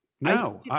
No